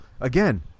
again